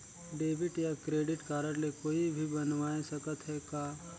Debit या credit card के कोई भी बनवाय सकत है का?